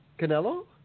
Canelo